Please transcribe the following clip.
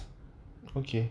okay